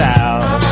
out